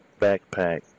backpack